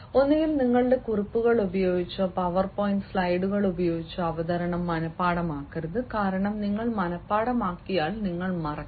ഒന്നുകിൽ നിങ്ങളുടെ കുറിപ്പുകൾ ഉപയോഗിച്ചോ പവർപോയിന്റ് സ്ലൈഡുകൾ ഉപയോഗിച്ചോ അവതരണം മനപാഠമാക്കരുത് കാരണം നിങ്ങൾ മനപാഠമാക്കിയാൽ നിങ്ങൾ മറക്കും